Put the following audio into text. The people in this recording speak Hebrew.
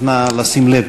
אז, נא לשים לב